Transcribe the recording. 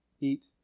Eat